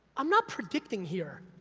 i'm not predicting here,